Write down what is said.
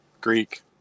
Greek